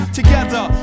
together